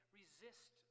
resist